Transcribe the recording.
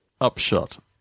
Upshot